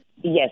Yes